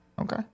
Okay